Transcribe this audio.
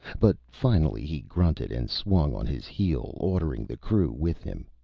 but finally, he grunted and swung on his heel, ordering the crew with him.